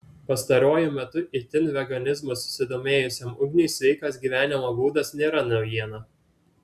pastaruoju metu itin veganizmu susidomėjusiam ugniui sveikas gyvenimo būdas nėra naujiena